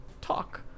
talk